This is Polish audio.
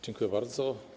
Dziękuję bardzo.